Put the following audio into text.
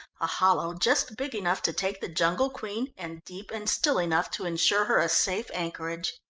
a hollow just big enough to take the jungle queen and deep and still enough to ensure her a safe anchorage.